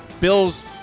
Bills